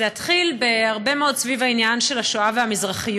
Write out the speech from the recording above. זה התחיל הרבה מאוד סביב העניין של שואה ומזרחיות.